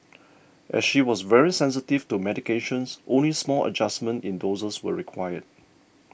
as she was very sensitive to medications only small adjustments in doses were required